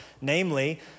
Namely